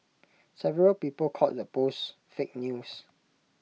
several people called the posts fake news